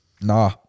nah